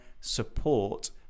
support